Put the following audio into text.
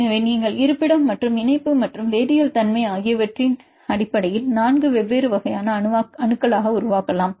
எனவே நீங்கள் இருப்பிடம் மற்றும் இணைப்பு மற்றும் வேதியியல் தன்மை ஆகியவற்றின் அடிப்படையில் 4 வெவ்வேறு வகையான அணுக்களாக உருவாக்கலாம்